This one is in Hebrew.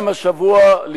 גם השבוע,